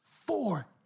four